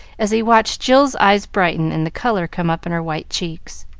as he watched jill's eyes brighten and the color come up in her white cheeks.